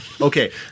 okay